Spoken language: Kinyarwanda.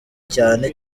cyane